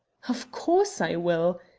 of course i will.